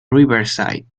riverside